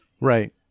Right